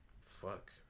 fuck